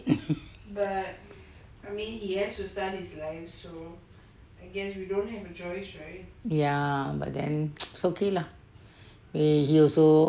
ya but then it's okay lah he also